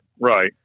Right